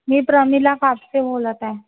मी प्रमिला कापसे बोलत आहे